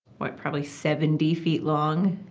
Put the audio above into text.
what, probably seventy feet long?